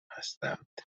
هستند